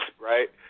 Right